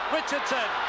Richardson